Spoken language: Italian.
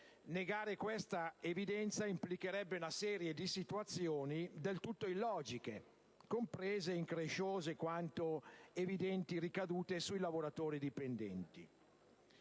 Negare questa evidenza implicherebbe una serie di situazioni del tutto illogiche, comprese incresciose quanto evidenti ricadute sui lavoratori dipendenti.